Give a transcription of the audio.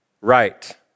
Right